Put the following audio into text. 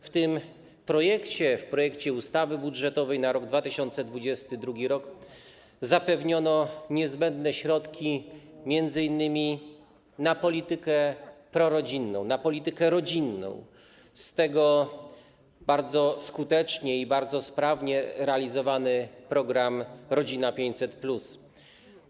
W tym projekcie, w projekcie ustawy budżetowej na rok 2022, zapewniono niezbędne środki m.in. na politykę prorodzinną, na politykę rodzinną, w tym na bardzo skutecznie i bardzo sprawnie realizowany program „Rodzina 500+”